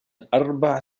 أربع